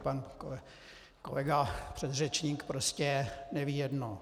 Pan kolega předřečník prostě neví jedno.